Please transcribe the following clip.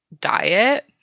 diet